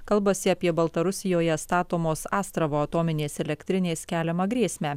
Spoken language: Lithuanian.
kalbasi apie baltarusijoje statomos astravo atominės elektrinės keliamą grėsmę